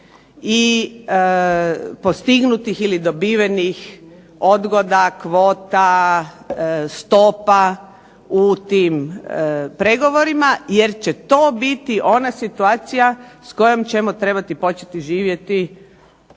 i postignutih ili dobivenih odgoda, kvota, stopa u tim pregovorima, jer će to biti ona situacija s kojom ćemo trebati početi živjeti